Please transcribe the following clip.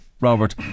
Robert